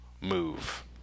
move